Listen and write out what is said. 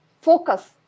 focus